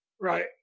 right